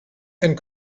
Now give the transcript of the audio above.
and